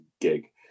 gig